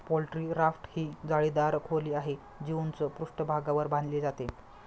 poultry raft ही जाळीदार खोली आहे, जी उंच पृष्ठभागावर बांधली जाते